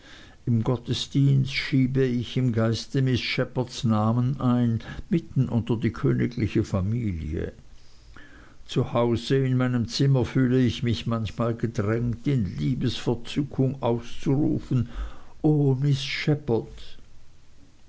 im gottesdienst schiebe ich im geiste miß shepherds namen ein mitten unter die königliche familie zu hause in meinem zimmer fühle ich mich manchmal gedrängt in liebesverzückung auszurufen o